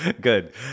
Good